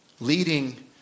leading